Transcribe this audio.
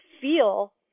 feel